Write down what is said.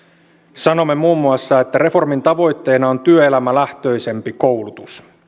sanomme muun muassa että reformin tavoitteena on työelämälähtöisempi koulutus